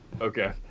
Okay